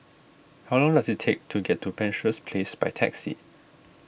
how long does it take to get to Penshurst Place by taxi